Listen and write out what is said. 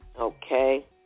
Okay